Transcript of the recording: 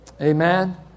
Amen